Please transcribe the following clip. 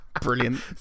Brilliant